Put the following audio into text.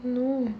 no